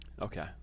Okay